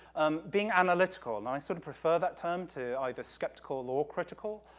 um, being analytical, and i sort of prefer that term to either skeptical or critical.